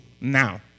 Now